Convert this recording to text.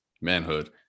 manhood